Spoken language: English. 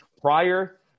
Prior